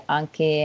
anche